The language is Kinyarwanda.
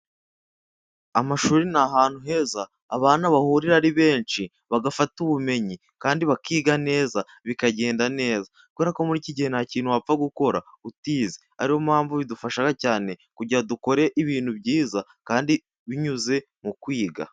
Amashuri ni ahantu heza, abana bahurira ari benshi, bagafata ubumenyi, kandi bakiga neza bikagenda neza, kubera ko muri iki gihe nta kintu wapfa gukora utize. Ari yo mpamvu bidufasha cyane kugira ngo dukore ibintu byiza kandi binyuze mu kwiga.